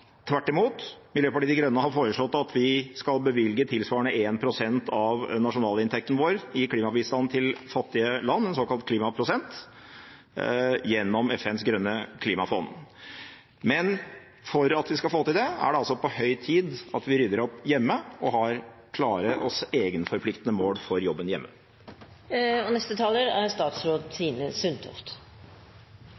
Tvert imot har Miljøpartiet De Grønne foreslått at vi skal bevilge tilsvarende 1 pst. av nasjonalinntekten vår i klimabistand til fattige land, en såkalt klimaprosent, gjennom FNs grønne klimafond. Men for at vi skal få til det, er det på høy tid at vi rydder opp hjemme og har klare og egenforpliktende mål for jobben hjemme. Vi er godt i gang med 2015 og dette begivenhetsrike året for klimaet. Det er